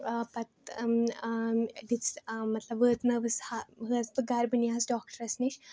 آ پَتہٕ دِژٕس مطلب واتنٲوٕس ہا ہَس بہٕ گَرِ بہٕ نیٖہَس ڈاکٹرَس نِش